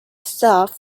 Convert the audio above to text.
stuff